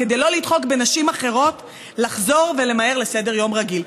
בעיקר כדי לא לדחוק בנשים אחרות לחזור ולמהר לסדר-יום רגיל.